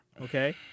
okay